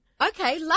Okay